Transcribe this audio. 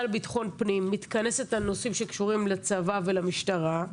לביטחון פנים מתכנסת לנושאים שקשורים לצבא ולמשטרה,